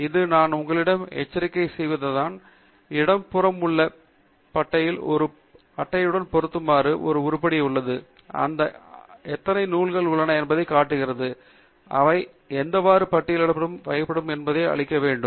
இது நான் உங்களிடம் எச்சரிக்கை செய்வதுதான் இடது புறம் உள்ள பட்டையில் ஒரு அடைப்புடன் பொருத்தமற்ற ஒரு உருப்படி உள்ளது இது எத்தனை நூல்கள் உள்ளன என்பதைக் காட்டுகிறது அவை எந்தவொரு பட்டியலிலும் வகைப்படுத்தப்படாது அவை அழிக்கப்பட வேண்டும்